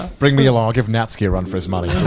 bring me along i'll give natske a run for his money.